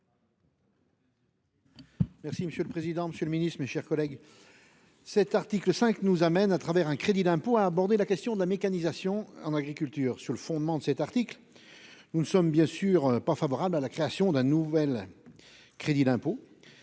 Merci monsieur le président, Monsieur le Ministre, mes chers collègues. Cet article 5, nous amène à travers un crédit d'impôt à aborder la question de la mécanisation en agriculture. Sur le fondement de cet article. Nous ne sommes bien sûr pas favorable à la création d'un nouvel. Crédit d'impôt.